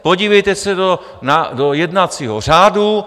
Podívejte se do jednacího řádu.